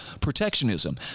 protectionism